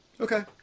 Okay